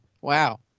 wow